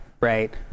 right